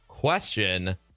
Question